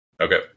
Okay